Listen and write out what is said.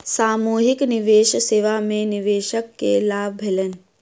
सामूहिक निवेश सेवा में निवेशक के लाभ भेलैन